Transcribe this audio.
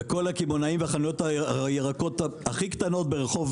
כל הקמעונאים וחנויות הירקות הכי קטנות ברחוב